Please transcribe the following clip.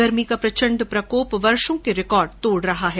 गर्मी का प्रचण्ड प्रकोप वर्षो के रिकॉर्ड तोड़ रहा है